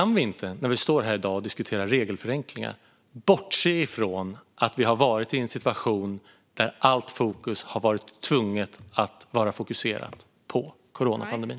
När vi står här i dag och diskuterar regelförenklingar kan vi därför inte bortse från att vi har varit i en situation där allt fokus tvunget har varit på coronapandemin.